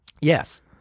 Yes